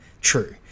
true